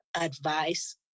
advice